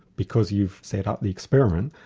because you've set up the experiment,